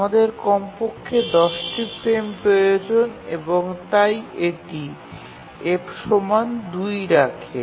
আমাদের কমপক্ষে ১০ টি ফ্রেম প্রয়োজন এবং তাই এটি F ২ রাখে